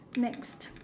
next